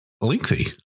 lengthy